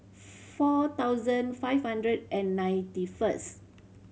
four thousand five hundred and ninety first